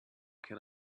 can